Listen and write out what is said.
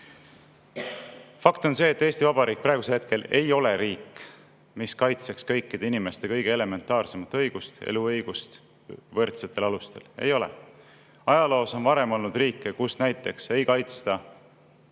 on see, et Eesti Vabariik ei ole praegu riik, mis kaitseks kõikide inimeste kõige elementaarsemat õigust, eluõigust võrdsetel alustel. Ei ole! Ajaloos on varem olnud riike, kus näiteks ei kaitstud